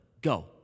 go